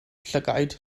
llygaid